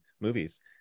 movies